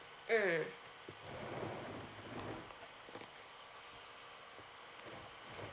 mm